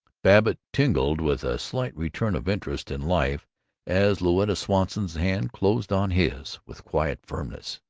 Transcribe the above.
babbitt tingled with a slight return of interest in life as louetta swanson's hand closed on his with quiet firmness.